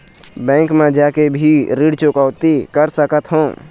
Bank न जाके भी ऋण चुकैती कर सकथों?